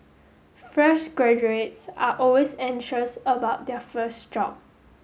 fresh graduates are always anxious about their first job